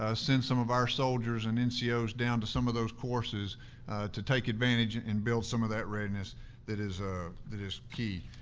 ah send some of our soldiers and and so ncos down to some of those courses to take advantage and build some of that readiness that is ah that is key.